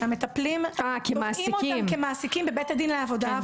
שהמטפלים תובעים אותם כמעסיקים בבית הדין לעבודה,